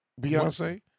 Beyonce